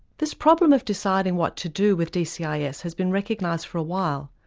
this problem of deciding what to do with dcis has been recognised for a while.